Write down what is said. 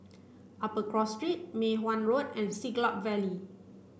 Upper Cross Street Mei Hwan Road and Siglap Valley